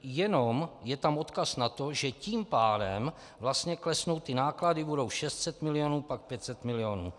Jenom je tam odkaz na to, že tím pádem vlastně klesnou náklady, budou 600 milionů, pak 500 milionů.